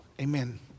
Amen